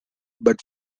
but